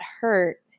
hurt